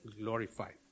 glorified